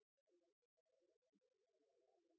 det er én av de